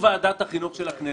וועדת החינוך של הכנסת".